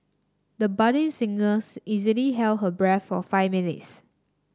the budding singers easily held her breath for five minutes